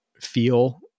feel